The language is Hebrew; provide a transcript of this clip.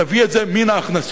תביא את זה מן ההכנסות,